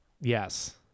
yes